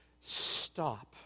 stop